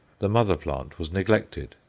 the mother-plant was neglected.